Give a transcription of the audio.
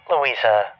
Louisa